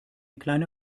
kleine